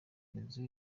inzu